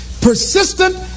persistent